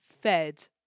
fed